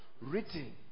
Written